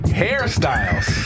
hairstyles